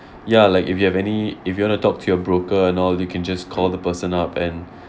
ya like if you have any if you want to talk to your broker and all you can just call the person up and